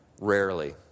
Rarely